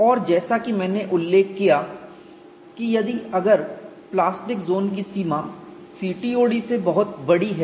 और जैसा कि मैंने उल्लेख किया कि यदि अगर प्लास्टिक जोन की सीमा CTOD से बहुत बड़ी है